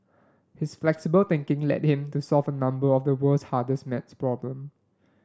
his flexible thinking led him to solve a number of the world's hardest maths problem